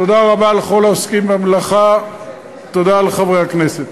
תודה רבה לכל העוסקים במלאכה, תודה לחברי הכנסת.